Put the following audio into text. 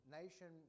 nation